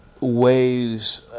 ways